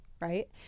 right